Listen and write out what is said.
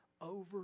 over